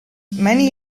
many